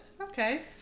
okay